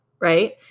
Right